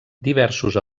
diversos